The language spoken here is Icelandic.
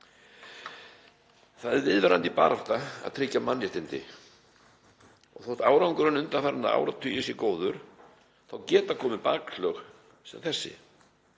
Það er viðvarandi barátta að tryggja mannréttindi og þótt árangurinn undanfarna áratugi sé góður þá getur komið bakslag sem þetta.